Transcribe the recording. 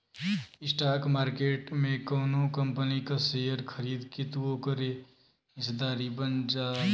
stock market में कउनो company क शेयर खरीद के तू ओकर हिस्सेदार बन जाला